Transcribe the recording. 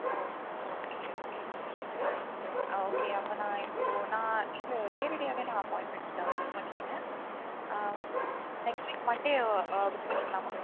owe okay okay okay fine okay அப்போ நான் இப்போது நான் இது நேரடியாகவே நான் அப்பாயின்மெண்ட் புக் பண்ணிக்கிறேன் ஆ நெக்ஸ்ட் வீக் மண்டே ஆ புக் பண்ணிக்கலாமா